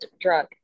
drug